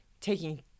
taking